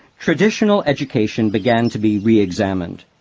traditional education began to be reexamined.